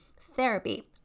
therapy